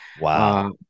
Wow